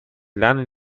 lernen